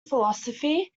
philosophy